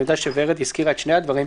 אני יודע שורד הזכירה את שני הדברים,